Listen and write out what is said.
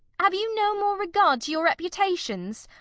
have you no more regard to your reputations?